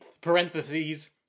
parentheses